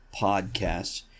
podcasts